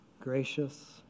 gracious